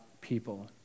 people